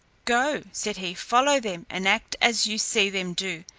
go, said he, follow them, and act as you see them do,